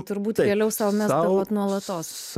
turbūt vėliau sau mesdavot nuolatos